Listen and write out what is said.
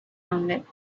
rounded